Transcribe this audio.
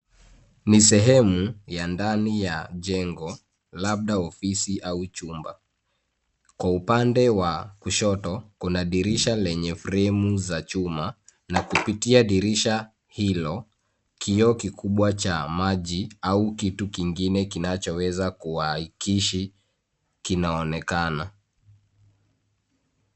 Ni sehemu ya ndani ya jengo, labda ofisi au chumba. Kwa upande wa kushoto kuna dirisha lenye fremu za chuma na kupitia dirisha hilo, kioo kikubwa cha maji au kitu kingine kinachoweza kuakisi kinaonekana.